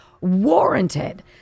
warranted